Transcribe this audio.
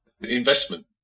investment